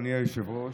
אדוני היושב-ראש,